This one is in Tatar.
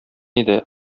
иде